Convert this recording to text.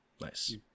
Nice